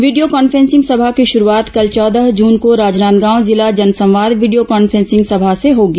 video conferencing सभा की शुरूआत कल चौदह जून को राजनांदगांव जिला जनसंवाद वीडियो कॉन्फ्रेसिंग सभा से होगी